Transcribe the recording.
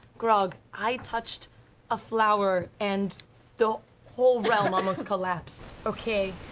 grog, i touched a flower and the whole realm almost collapsed, okay?